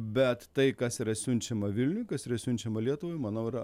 bet tai kas yra siunčiama vilniui kas yra siunčiama lietuvai manau yra